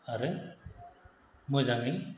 आरो मोजाङै